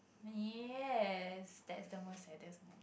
yes that's the most saddest